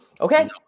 Okay